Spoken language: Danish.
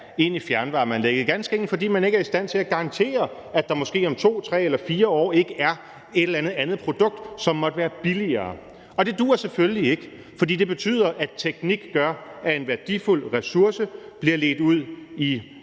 ind i fjernvarmeanlægget, ganske enkelt fordi man ikke er i stand til at garantere, at der måske om 2, 3 eller 4 år ikke er et eller andet produkt, som måtte være billigere. Det duer selvfølgelig ikke, for det betyder, at teknik gør, at en værdifuld ressource bliver ledt ud i